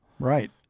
Right